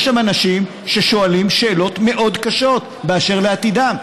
יש שם אנשים ששואלים שאלות מאוד קשות באשר לעתידם,